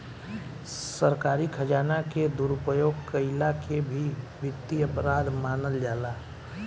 सरकारी खजाना के दुरुपयोग कईला के भी वित्तीय अपराध मानल जाला